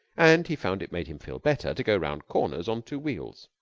and he found it made him feel better to go round corners on two wheels.